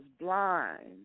blind